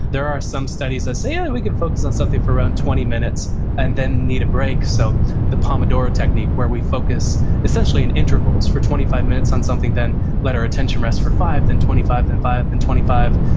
there are some studies that say, yeah, and we can focus on something for around twenty minutes and then need a break, so the pomodoro technique where we focus essentially in intervals for twenty five minutes on something, then let our attention rest for five, then twenty five, then five, then twenty five,